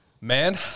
man